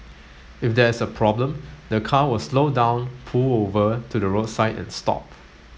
if there's a problem the car will slow down pull over to the roadside and stop